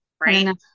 Right